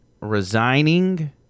resigning